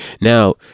Now